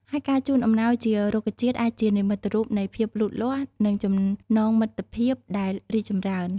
ហើយការជូនអំណោយជារុក្ខជាតិអាចជានិមិត្តរូបនៃភាពលូតលាស់ និងចំណងមិត្តភាពដែលរីកចម្រើន។